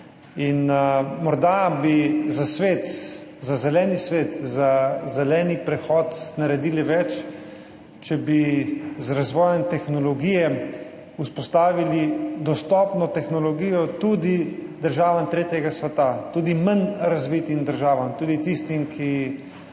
In morda bi za zeleni svet, za zeleni prehod naredili več, če bi z razvojem tehnologije vzpostavili dostopno tehnologijo tudi državam tretjega sveta, tudi manj razvitim državam, tudi tistim, ki